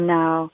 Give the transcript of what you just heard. now